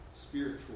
spiritual